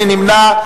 מי נמנע?